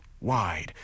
wide